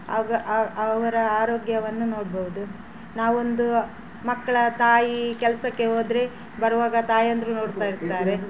ಅವ್ಗ ಅವರ ಆರೋಗ್ಯವನ್ನು ನೋಡ್ಬೌದು ನಾವೊಂದು ಮಕ್ಕಳ ತಾಯಿ ಕೆಲಸಕ್ಕೆ ಹೋದರೆ ಬರುವಾಗ ತಾಯಂದಿರು ನೋಡ್ತಾ ಇರ್ತಾರೆ